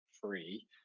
free